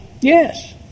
Yes